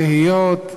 תהיות,